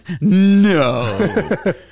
no